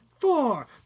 Four